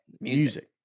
music